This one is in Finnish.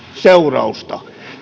seurausta